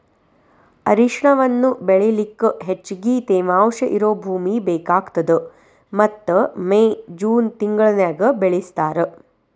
ಅರಿಶಿಣವನ್ನ ಬೆಳಿಲಿಕ ಹೆಚ್ಚಗಿ ತೇವಾಂಶ ಇರೋ ಭೂಮಿ ಬೇಕಾಗತದ ಮತ್ತ ಮೇ, ಜೂನ್ ತಿಂಗಳನ್ಯಾಗ ಬೆಳಿಸ್ತಾರ